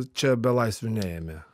čia belaisvių neėmė